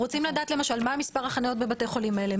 אנחנו רוצים לדעת מה מספר החניות בבתי החולים האלה,